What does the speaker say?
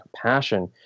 compassion